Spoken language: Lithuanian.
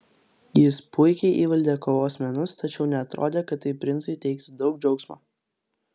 jis puikiai įvaldė kovos menus tačiau neatrodė kad tai princui teiktų daug džiaugsmo